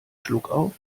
schluckauf